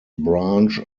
branch